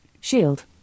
shield